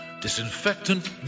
Disinfectant